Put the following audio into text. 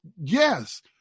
yes